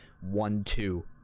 one-two